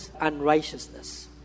unrighteousness